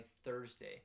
Thursday